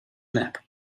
nap